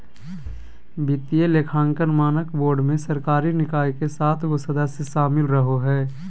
वित्तीय लेखांकन मानक बोर्ड मे सरकारी निकाय के सात गो सदस्य शामिल रहो हय